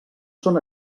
són